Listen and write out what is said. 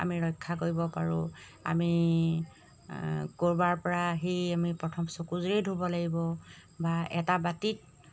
আমি ৰক্ষা কৰিব পাৰোঁ আমি ক'ৰবাৰপৰা আহি আমি প্ৰথম চকুযোৰিয়ে ধুব লাগিব বা এটা বাতিত